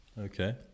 Okay